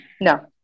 No